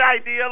idea